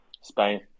Spain